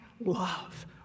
love